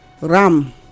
ram